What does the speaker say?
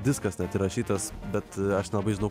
viskas net įrašytas bet aš nelabai žinau